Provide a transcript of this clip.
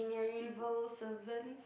civil servants